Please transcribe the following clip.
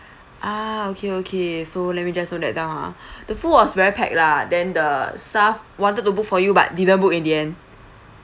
ah okay okay so let me just note that down ah the pool was very packed lah then the staff wanted to book for you but didn't book in the end